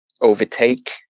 overtake